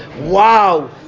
wow